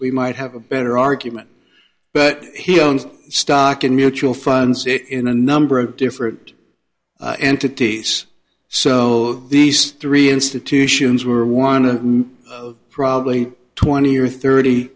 we might have a better argument but he owns stock in mutual funds it in a number of different entities so these three institutions were one of probably twenty or thirty